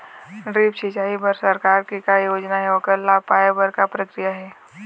Drip सिचाई बर सरकार के का योजना हे ओकर लाभ पाय बर का प्रक्रिया हे?